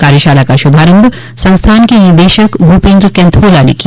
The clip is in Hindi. कार्यशाला का श्रभारम्भ संस्थान के निदेशक भूपेन्द्र कथोला ने किया